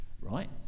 right